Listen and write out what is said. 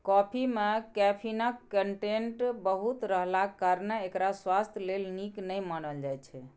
coffee मे कैफीनक content बहुत रहलाक कारणेँ एकरा स्वास्थ्य लेल नीक नहि मानल जाइ छै